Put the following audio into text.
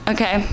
Okay